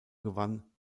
gewann